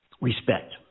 respect